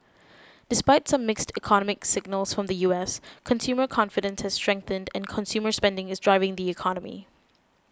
despite some mixed economic signals from the U S consumer confidence has strengthened and consumer spending is driving the economy